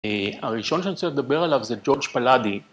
הראשון שאני רוצה לדבר עליו זה ג'ורג' פלאדי